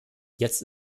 jetzt